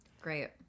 Great